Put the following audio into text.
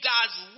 God's